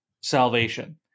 salvation